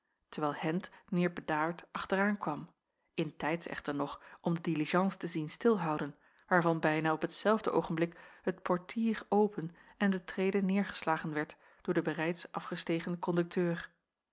terwijl hendt meer bedaard achteraan kwam intijds echter nog om de diligence te zien stilhouden waarvan bijna op t zelfde oogenblik het portier openen de trede neêrgeslagen werd door den bereids afgestegen kondukteur